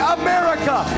america